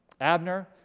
Abner